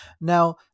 Now